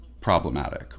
problematic